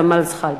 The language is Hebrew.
ג'מאל זחאלקה.